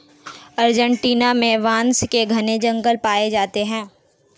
Argentina में बांस के घने जंगल पाए जाते हैं